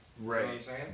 Right